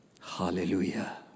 Hallelujah